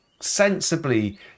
sensibly